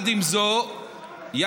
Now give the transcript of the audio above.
ממש לא בזכותכם.